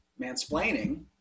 mansplaining